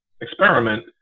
experiment